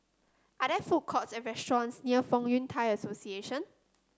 are there food courts or restaurants near Fong Yun Thai Association